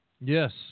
Yes